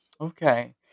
Okay